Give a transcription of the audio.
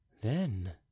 Then